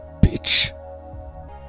Bitch